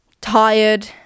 tired